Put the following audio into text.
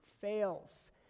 fails